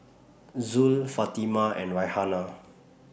Zul Fatimah and Raihana